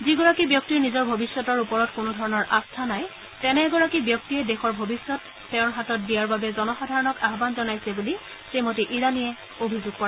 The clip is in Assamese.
যিগৰাকী ব্যক্তিৰ নিজৰ ভৱিষ্যতৰ ওপৰত কোনো ধৰণৰ আস্থা নাই তেনে এগৰাকী ব্যক্তিয়ে দেশৰ ভৱিষ্যৎ তেওঁৰ হাতত দিয়াৰ বাবে জনসাধাৰণক আহান জনাইছে বুলি শ্ৰীমতী ইৰানীয়ে অভিযোগ কৰে